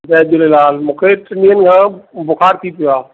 जय झूलेलाल मूंखे टिनि ॾियनि खां बुखार थी पियो आहे